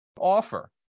offer